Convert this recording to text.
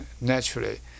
naturally